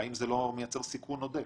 האם זה לא מייצר סיכון עודף?